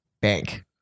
bank